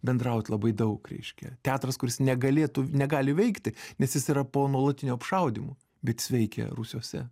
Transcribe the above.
bendrauti labai daug reiškia teatras kurs negalėtų negali veikti nes jis yra po nuolatinių apšaudymų bet jis veikia rūsiuose